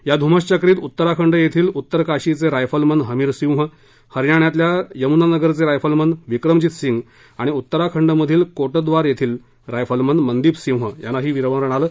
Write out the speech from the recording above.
या धुमश्वक्रीत उत्तराखंड येथील उत्तर काशीचे रायफलमन हमीर सिंह हरियाणातील यमुनानगरचे रायफलमन विक्रमजित सिंग आणि उत्तराखंडमधील कोटद्वार येथील रायफलमन मनदीप सिंह यांनाही वीरमरण आलं